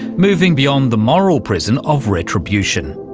moving beyond the moral prison of retribution.